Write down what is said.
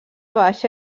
baixa